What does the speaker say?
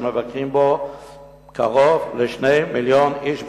שמבקרים בו קרוב ל-2 מיליוני איש בשנה.